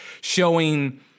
showing